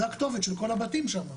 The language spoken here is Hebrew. זה הכתובת של כל הבתים שם,